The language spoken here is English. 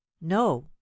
No